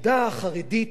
העדה החרדית